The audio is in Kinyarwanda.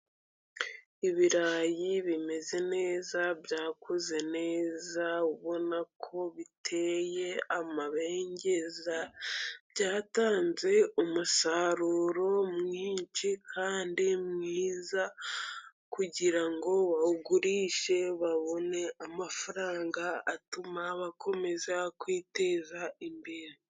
Ibirayi bimeze neza byakuze neza, ubona ko biteye amabengeza byatanze umusaruro mwinshi kandi mwiza, kugirango ugurishe babone amafaranga atuma bakomeza kwiteza imbere.